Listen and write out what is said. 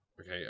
Okay